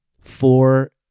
Four